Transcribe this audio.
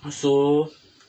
so